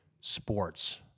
sports